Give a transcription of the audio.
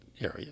area